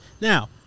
Now